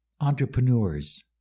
entrepreneurs